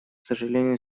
сожалению